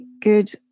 good